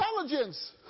intelligence